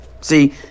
See